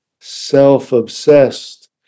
self-obsessed